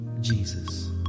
Jesus